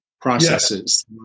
processes